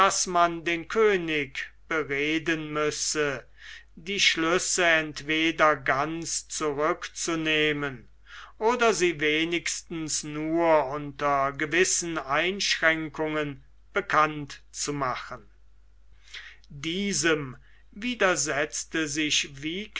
man den könig bereden müsse die schlüsse entweder ganz zurückzunehmen oder sie wenigstens nur unter gewissen einschränkungen bekannt zu machen diesem widersetzte sich